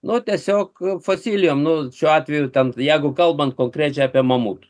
nu tiesiog fosilijom nu šiuo atveju ten jeigu kalbant konkrečiai apie mamutus